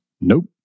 Nope